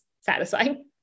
satisfying